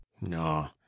No